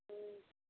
ம்